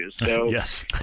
Yes